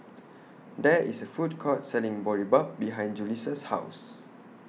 There IS A Food Court Selling Boribap behind Julissa's House